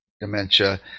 dementia